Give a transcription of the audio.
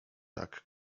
tak